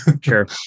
Sure